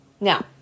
Now